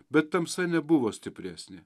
bet tamsa nebuvo stipresnė